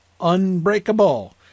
unbreakable